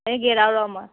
মই